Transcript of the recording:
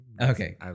Okay